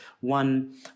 one